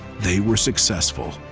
they were successful.